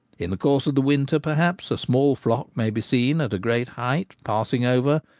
in the course of the winter, perhaps, a small flock may be seen at a great height passing over,